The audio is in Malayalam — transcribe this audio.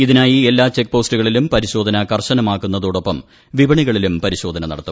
ഇതി നായി എല്ലാ ചെക്ക് പോസ്റ്റുകളിലും പരിശോധന കർശനമാക്കുന്നതോടൊപ്പംവിപണികളിലും പരിശോധന നടത്തും